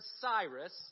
Cyrus